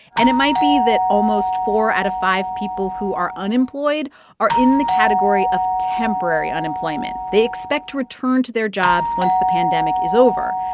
and it might be that almost four out of five people who are unemployed are in the category of temporary unemployment. they expect to return to their jobs once the pandemic is over.